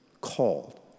called